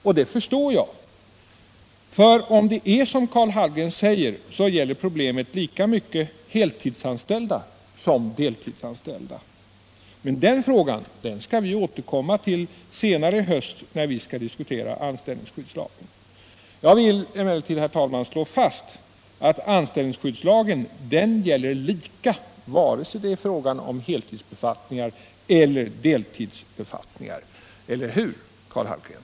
Och det förstår jag, för om det är som Karl Hallgren säger gäller problemet lika mycket heltidsanställda som deltidsanställda. Den frågan skall vi återkomma till senare i höst, när vi skall diskutera anställningsskyddslagen. Jag vill emellertid, herr talman, slå fast att anställningsskyddslagen gäller lika vare sig det är fråga om heltidsbefattningar eller deltidsbefattningar. Eller hur, Karl Hallgren?